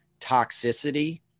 toxicity